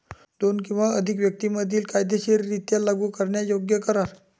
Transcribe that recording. दोन किंवा अधिक व्यक्तीं मधील कायदेशीररित्या लागू करण्यायोग्य करार